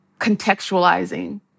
contextualizing